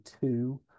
two